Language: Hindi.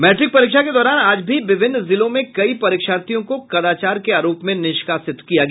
मैट्रिक परीक्षा के दौरान आज भी विभिन्न जिलों में कई परीक्षार्थियों को कदाचार के आरोप में निष्कासित किया गया